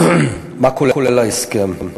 מה כולל ההסכם?